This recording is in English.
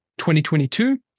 2022